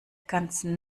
ganzen